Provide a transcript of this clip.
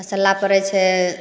मसल्ला पड़ै छै